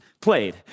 played